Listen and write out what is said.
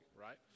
right